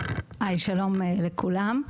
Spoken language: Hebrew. שלום לכולם.